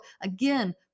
Again